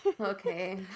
okay